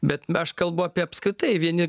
bet aš kalbu apie apskritai vieni